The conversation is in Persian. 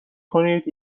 کنید